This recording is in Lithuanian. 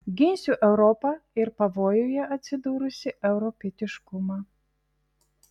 ginsiu europą ir pavojuje atsidūrusį europietiškumą